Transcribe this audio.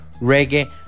reggae